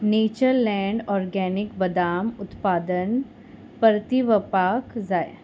Natureland organic बदाम उत्पादन परतिवपाक जाय